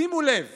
שימו לב